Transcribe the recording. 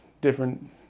different